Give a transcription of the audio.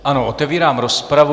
Ano, otevírám rozpravu.